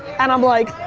and i'm like,